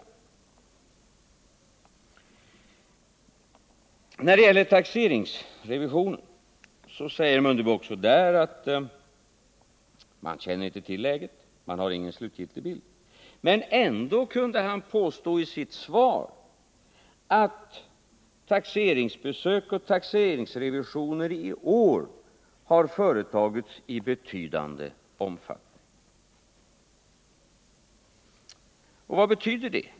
Också när det gäller taxeringsrevisionen säger herr Mundebo att man inte känner till läget och att man inte har någon slutgiltig bild. Men ändå kunde han i sitt svar påstå att taxeringsbesök och taxeringsrevisioner i år har företagits i betydande omfattning. Vad betyder det?